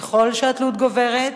ככל שהתלות גוברת